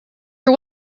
you